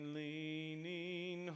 leaning